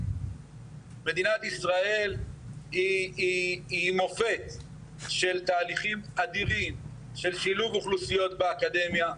מדינת ישראל היא מופת של תהליכים אדירים של שילוב אוכלוסיות באקדמיה.